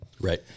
Right